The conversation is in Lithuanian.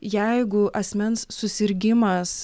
jeigu asmens susirgimas